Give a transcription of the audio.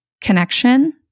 connection